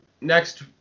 next